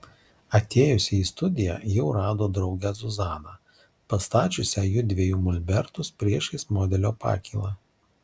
atėjusi į studiją jau rado draugę zuzaną pastačiusią jųdviejų molbertus priešais modelio pakylą